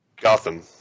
Gotham